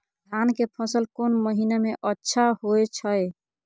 धान के फसल कोन महिना में अच्छा होय छै?